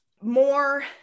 More